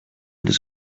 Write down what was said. does